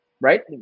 right